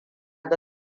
ga